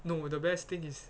no the best thing is